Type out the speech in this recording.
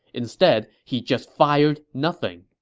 instead, he just fired nothing.